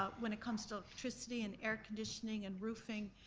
ah when it comes to electricity and air conditioning and roofing.